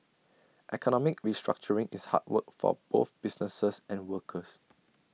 economic restructuring is hard work for both businesses and workers